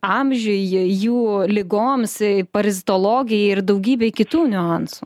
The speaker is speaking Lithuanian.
amžiui jų ligoms parazitologijai ir daugybė kitų niuansų